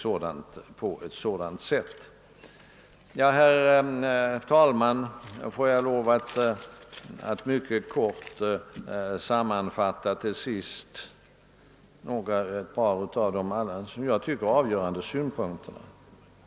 Slutligen vill jag sammanfatta några av de som jag tycker avgörande synpunkterna.